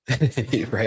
Right